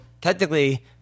technically